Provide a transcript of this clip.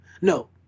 No